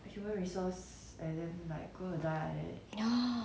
ya